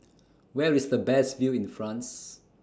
Where IS The Best View in France